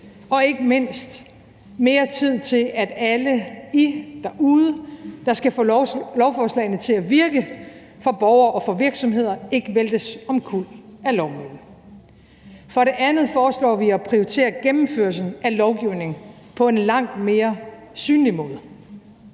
og ikke mindst mere tid til, at alle I derude, der skal få lovforslagene til at virke for borgere og for virksomheder, ikke væltes omkuld af lovmøllen. For det andet foreslår vi at prioritere gennemførelsen af lovgivningen på en langt mere synlig måde.